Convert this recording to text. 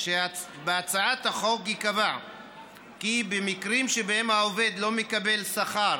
שבהצעת החוק ייקבע כי במקרים שבהם העובד לא מקבל שכר